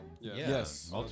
Yes